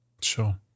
Sure